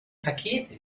paket